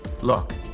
Look